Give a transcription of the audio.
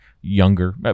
younger